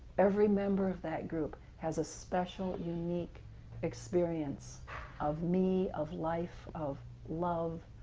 every member of that group has a special, unique experience of me, of life, of love,